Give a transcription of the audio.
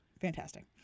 fantastic